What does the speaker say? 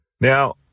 Now